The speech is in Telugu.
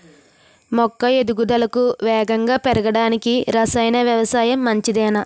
మొక్క ఎదుగుదలకు వేగంగా పెరగడానికి, రసాయన వ్యవసాయం మంచిదేనా?